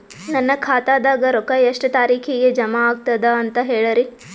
ನನ್ನ ಖಾತಾದಾಗ ರೊಕ್ಕ ಎಷ್ಟ ತಾರೀಖಿಗೆ ಜಮಾ ಆಗತದ ದ ಅಂತ ಹೇಳರಿ?